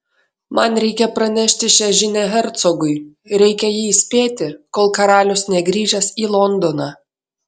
man reikia pranešti šią žinią hercogui reikia jį įspėti kol karalius negrįžęs į londoną